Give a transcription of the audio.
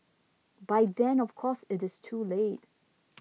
by then of course it is too late